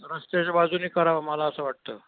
रस्त्याच्या बाजूनही करावं मला असं वाटतं